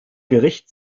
gericht